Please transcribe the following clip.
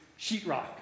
sheetrock